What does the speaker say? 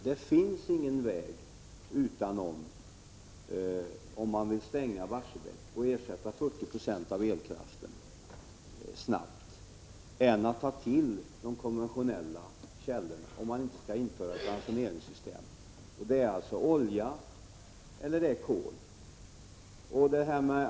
Det finns ingen annan väg, om man vill stänga Barsebäck och ersätta 40 2 av elkraften snabbt, än att ta till de konventionella källorna, om man inte vill införa ett ransoneringssystem. Det är alltså olja eller kol.